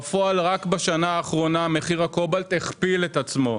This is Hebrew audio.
בפועל, רק בשנה האחרונה, המחיר הכפיל את עצמו.